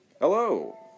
Hello